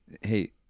hey